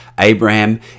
Abraham